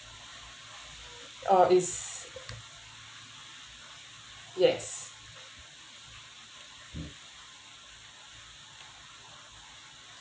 uh is yes